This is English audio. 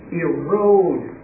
erode